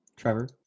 trevor